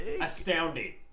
Astounding